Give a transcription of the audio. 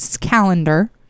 calendar